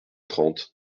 trente